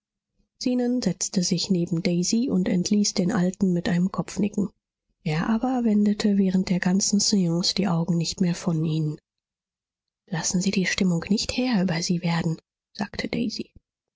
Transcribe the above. zenon setzte sich neben daisy und entließ den alten mit einem kopfnicken er aber wendete während der ganzen seance die augen nicht mehr von ihnen lassen sie die stimmung nicht herr über sie werden sagte daisy